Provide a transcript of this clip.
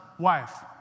wife